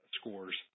scores